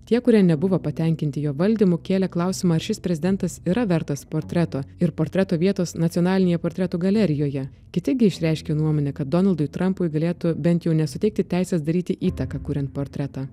tie kurie nebuvo patenkinti jo valdymu kėlė klausimą ar šis prezidentas yra vertas portreto ir portreto vietos nacionalinėje portretų galerijoje kiti gi išreiškė nuomonę kad donaldui trampui galėtų bent jau nesuteikti teisės daryti įtaką kuriant portretą